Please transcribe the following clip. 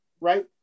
Right